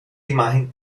imagen